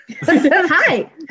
Hi